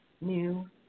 new